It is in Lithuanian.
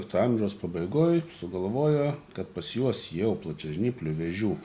to amžiaus pabaigoj sugalvojo kad pas juos jau plačiažnyplių vėžių